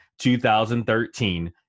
2013